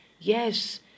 Yes